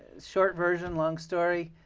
short version, long story,